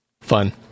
fun